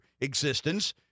existence